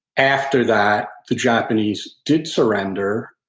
after that, the japanese did surrender,